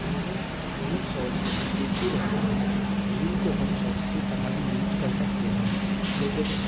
दोनों reel shorts एक ही रहते हैं रील को हम शॉर्ट्स की तरह भी यूज कर सकते हैं लेकिन